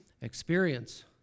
experience